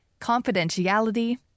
Confidentiality